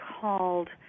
called